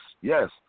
yes